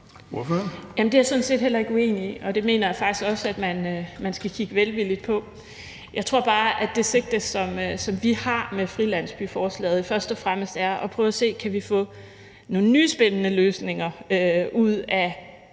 Det er jeg sådan set heller ikke uenig i, og det mener jeg faktisk også at man skal kigge velvilligt på. Jeg tror bare, at det sigte, som vi har med forslaget om frilandsbyer, først og fremmest er at prøve at se på, om vi kan få nogle nye, spændende løsninger ud af,